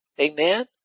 amen